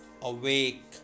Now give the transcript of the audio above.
awake